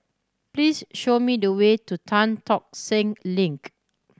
please show me the way to Tan Tock Seng Link